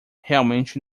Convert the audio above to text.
realmente